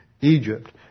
Egypt